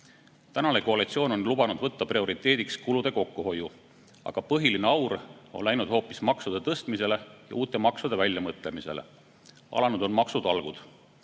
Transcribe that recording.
koalitsioon on lubanud võtta prioriteediks kulude kokkuhoiu, aga põhiline aur on läinud hoopis maksude tõstmisele ja uute maksude väljamõtlemisele. Alanud on maksutalgud.